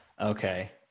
Okay